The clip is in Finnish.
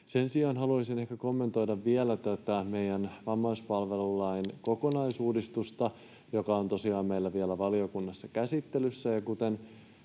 Sen sijaan haluaisin kommentoida vielä tätä meidän vammaispalvelulain kokonaisuudistusta, joka on tosiaan meillä vielä valiokunnassa käsittelyssä.